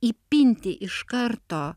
įpinti iš karto